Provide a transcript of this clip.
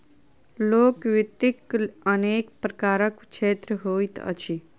लोक वित्तक अनेक प्रकारक क्षेत्र होइत अछि